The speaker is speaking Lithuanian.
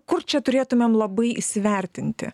kur čia turėtumėm labai įsivertinti